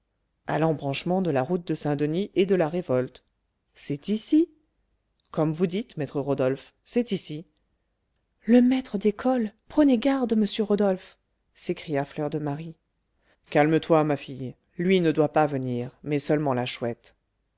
à l'embranchement de la route de saint-denis et de la révolte c'est ici comme vous dites maître rodolphe c'est ici le maître d'école prenez garde monsieur rodolphe s'écria fleur de marie calme-toi ma fille lui ne doit pas venir mais seulement la chouette